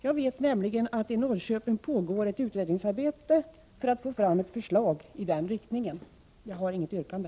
Jag vet nämligen att det i Norrköping pågår ett utredningsarbete för att få fram ett förslag i den riktningen. Jag har inget yrkande.